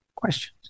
questions